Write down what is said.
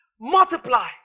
Multiply